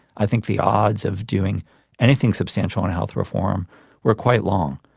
i think the odds of doing anything substantial in health reform were quite long,